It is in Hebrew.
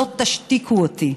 לא תשתיקו אותי.